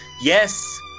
yes